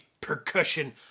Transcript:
percussion